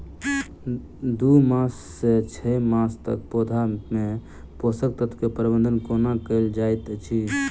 दू मास सँ छै मासक पौधा मे पोसक तत्त्व केँ प्रबंधन कोना कएल जाइत अछि?